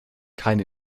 keine